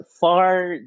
far